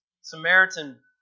Samaritan